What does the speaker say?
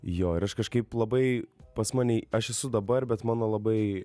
jo ir aš kažkaip labai pas mane aš esu dabar bet mano labai